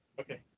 Okay